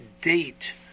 date